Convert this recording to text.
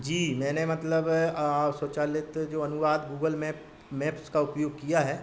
जी मैंने मतलब स्वचालित जो अनुवाद गूगल मैप मैप्स का उपयोग किया है